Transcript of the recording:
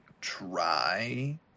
try